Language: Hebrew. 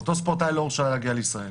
ואותו ספורטאי לא הורשה להגיע לישראל.